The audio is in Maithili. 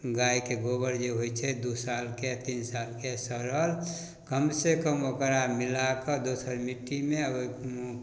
गाइके गोबर जे होइ छै दुइ सालके तीन सालके सड़ल कमसँ कम ओकरा मिलाकऽ दोसर मिट्टीमे आब